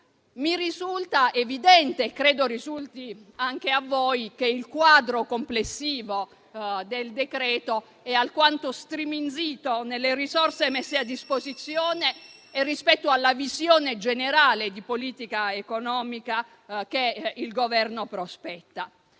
Mi risulta evidente e credo lo risulti anche a voi che il quadro complessivo del decreto-legge è alquanto striminzito nelle risorse messe a disposizione e rispetto alla visione generale di politica economica che il Governo prospetta.